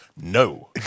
No